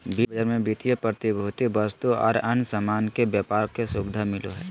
वित्त बाजार मे वित्तीय प्रतिभूति, वस्तु आर अन्य सामान के व्यापार के सुविधा मिलो हय